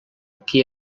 qui